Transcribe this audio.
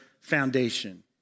foundation